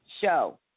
show